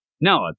No